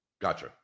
Gotcha